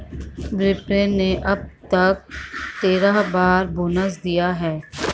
विप्रो ने अब तक तेरह बार बोनस दिया है